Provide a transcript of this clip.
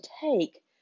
take